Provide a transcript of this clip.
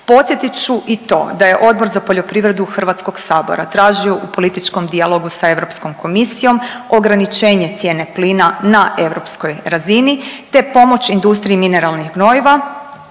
Podsjetit ću i to da je Odbor za poljoprivredu Hrvatskog sabora tražio u političkom dijalogu sa Europskom komisijom ograničenje cijene plina na europskoj razini te pomoć industriji mineralnih gnojiva